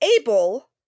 able